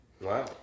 Wow